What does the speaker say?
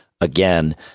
again